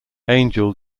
angel